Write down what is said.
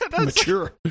mature